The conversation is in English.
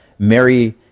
Mary